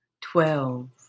twelve